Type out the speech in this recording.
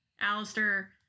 Alistair